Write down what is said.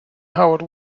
howard